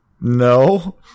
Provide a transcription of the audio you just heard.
No